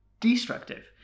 destructive